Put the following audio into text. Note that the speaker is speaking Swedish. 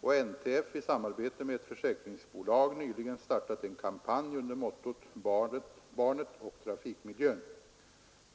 och NTF i samarbete med ett försäkringsbolag nyligen startat en kampanj under mottot Barnet och trafikmiljön.